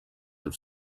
have